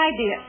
idea